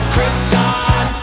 Krypton